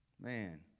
Man